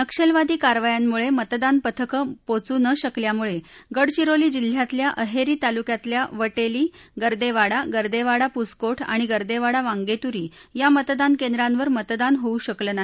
नक्षलवादी कारवायांमुळ मुतदान पथकं पोहोच् न शकल्यामुळ उडचिरोली जिल्ह्यातल्या अहर्षीतालुक्यातल्या वट्टी गर्देवाडा गर्देवाडा पुसकोठ आणि गर्देवाडा वांगस्प्री या मतदान केंद्रांवर मतदान होऊ शकलं नाही